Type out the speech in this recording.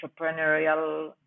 entrepreneurial